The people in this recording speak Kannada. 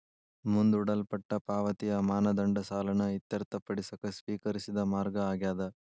ಮುಂದೂಡಲ್ಪಟ್ಟ ಪಾವತಿಯ ಮಾನದಂಡ ಸಾಲನ ಇತ್ಯರ್ಥಪಡಿಸಕ ಸ್ವೇಕರಿಸಿದ ಮಾರ್ಗ ಆಗ್ಯಾದ